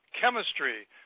chemistry